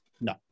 no